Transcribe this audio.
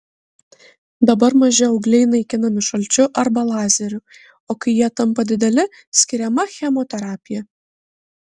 dabar maži augliai naikinami šalčiu arba lazeriu o kai jie tampa dideli skiriama chemoterapija